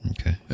Okay